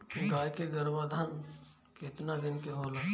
गाय के गरभाधान केतना दिन के होला?